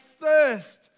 thirst